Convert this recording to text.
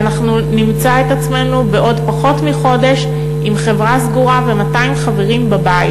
ואנחנו נמצא את עצמנו בעוד פחות מחודש עם חברה סגורה ו-200 חברים בבית.